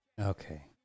Okay